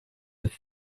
with